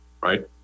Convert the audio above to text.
right